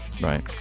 right